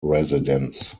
residents